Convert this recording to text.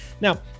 Now